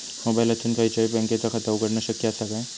मोबाईलातसून खयच्याई बँकेचा खाता उघडणा शक्य असा काय?